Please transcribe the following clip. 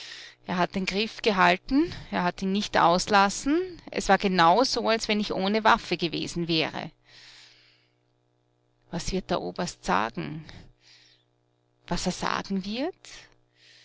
er hat den griff gehalten er hat ihn nicht auslassen es war genau so als wenn ich ohne waffe gewesen wäre was wird der oberst sagen was er sagen wird